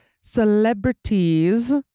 celebrities